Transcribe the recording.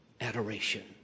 adoration